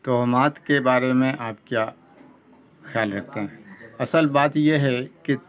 توہمات کے بارے میں آپ کیا خیال رکھتے ہیں اصل بات یہ ہے کہ